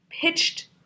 pitched